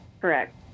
Correct